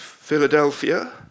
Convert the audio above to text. Philadelphia